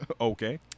okay